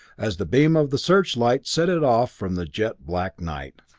as the beam of the searchlight set it off from the jet black night.